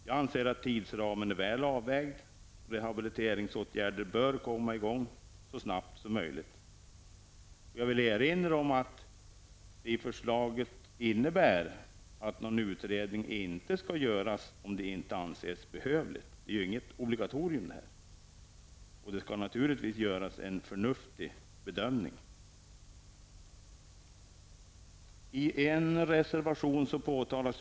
Jag anser att tidsramen är väl avvägd; rehabiliteringsåtgärder bör komma i gång så snabbt som möjligt. Jag vill erinra om att förslaget innebär att ingen utredning skall göras om det inte anses behövligt. Det är ju inget obligatorium. Naturligtvis skall en förnuftig bedömning göras.